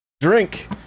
drink